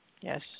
Yes